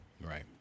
Right